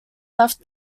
left